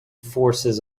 forces